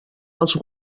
als